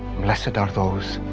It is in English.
blessed are those,